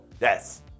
Yes